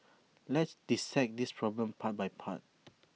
let's dissect this problem part by part